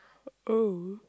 oh